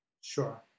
Sure